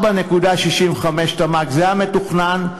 4.65% תמ"ג זה המתוכנן,